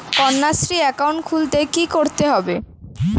Kanyashree account খুলতে কী করতে হবে?